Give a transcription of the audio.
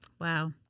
Wow